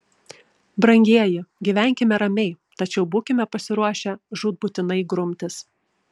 brangieji gyvenkime ramiai tačiau būkime pasiruošę žūtbūtinai grumtis